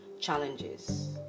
challenges